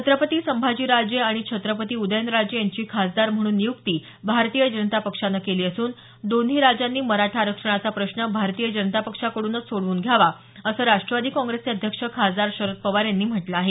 छत्रपती संभाजीराजे आणि छत्रपती उदयनराजे यांची खासदार म्हणून नियुक्ती भारतीय जनता पक्षानं केली असून दोन्ही राजांनी मराठा आरक्षणाचा प्रश्न भारतीय जनता पक्षाकडूनच सोडवून घ्यावा असं राष्ट्रवादी काँग्रेसचे अध्यक्ष खासदार शरद पवार यांनी म्हटलं आहे